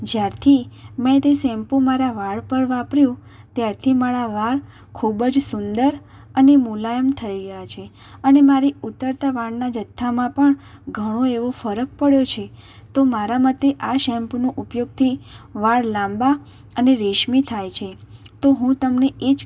જ્યારથી મેં તે સેમ્પુ મારા વાળ પર વાપર્યું ત્યારથી મારા વાળ ખૂબ જ સુંદર અને મુલાયમ થઇ ગયા છે અને મારી ઉતરતા વાળના જથ્થામાં પણ ઘણો એવો ફરક પડ્યો છે તો મારા મતે આ શેમ્પુનો ઉપયોગથી વાળ લાંબા અને રેશમી થાય છે તો હું તમને એ જ